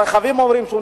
הרכבים עוברים.